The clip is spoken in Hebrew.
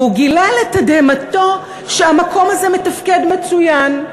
והוא גילה לתדהמתו שהמקום הזה מתפקד מצוין.